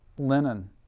linen